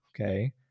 okay